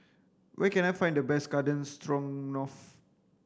where can I find the best Garden Stroganoff